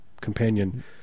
companion